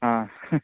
आ